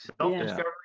Self-discovery